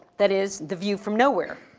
that is the view from nowhere,